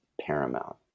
paramount